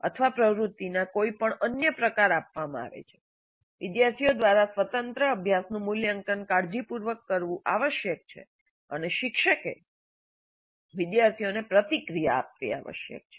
અથવા પ્રવૃત્તિના કોઈપણ અન્ય પ્રકાર આપવામાં આવે છે વિદ્યાર્થીઓ દ્વારા સ્વતંત્ર અભ્યાસનું મૂલ્યાંકન કાળજીપૂર્વક કરવું આવશ્યક છે અને શિક્ષકે વિદ્યાર્થીઓને પ્રતિક્રિયા આપવી આવશ્યક છે